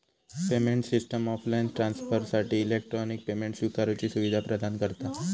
payment system offline ट्रांसफरसाठी electronic payment स्विकारुची सुवीधा प्रदान करता